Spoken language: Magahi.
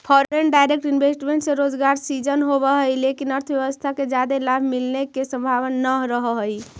फॉरेन डायरेक्ट इन्वेस्टमेंट से रोजगार सृजन होवऽ हई लेकिन अर्थव्यवस्था के जादे लाभ मिलने के संभावना नह रहऽ हई